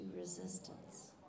resistance